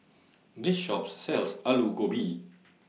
This Shop sells Alu Gobi